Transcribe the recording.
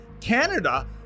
Canada